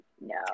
No